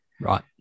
Right